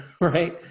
right